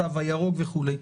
התו הירוק וכולי,